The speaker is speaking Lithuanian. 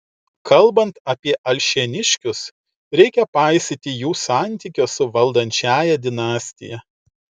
kalbant apie alšėniškius reikia paisyti jų santykio su valdančiąja dinastija